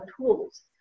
tools